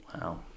Wow